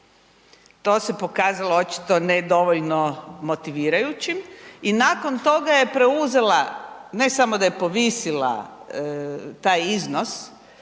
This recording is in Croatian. to se pokazalo očito nedovoljno motivirajućim i nakon toga je preuzela, ne samo da je povisila taj iznos